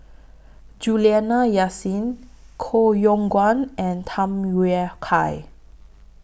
Juliana Yasin Koh Yong Guan and Tham Yui Kai